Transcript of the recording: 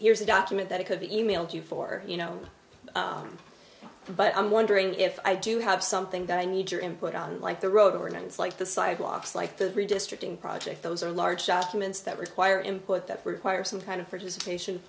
here's a document that could be emailed to you for you know but i'm wondering if i do have something that i need your input on like the road organs like the sidewalks like the redistricting project those are large documents that require input that require some kind of participation